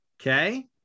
Okay